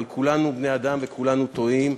אבל כולנו בני-אדם וכולנו טועים,